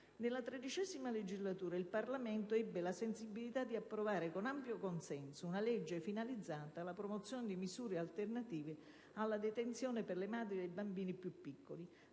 «Nella XIII legislatura il Parlamento ebbe la sensibilità di approvare con ampio consenso una legge finalizzata alla promozione di misure alternative alla detenzione per le madri di bambini più piccoli,